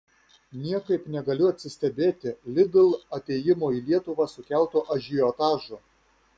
niekaip negaliu atsistebėti lidl atėjimo į lietuvą sukeltu ažiotažu